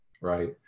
right